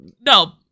No